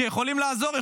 שיכולים לעזור,